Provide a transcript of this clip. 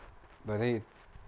but then